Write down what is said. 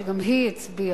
שגם היא הצביעה,